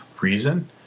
reason